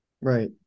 Right